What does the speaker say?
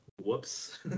Whoops